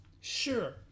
Sure